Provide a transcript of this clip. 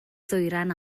ddwyrain